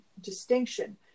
distinction